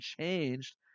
changed